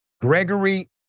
Gregory